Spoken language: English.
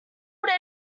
would